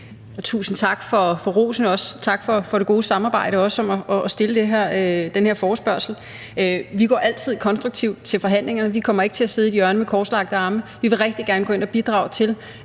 Tusind tak for rosen, og også tak for det gode samarbejde om at stille den her forespørgsel. Vi går altid konstruktivt til forhandlingerne. Vi kommer ikke til at sidde i et hjørne med korslagte arme. Vi vil rigtig gerne gå ind